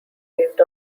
based